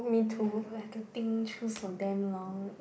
ya I will have think through for damn long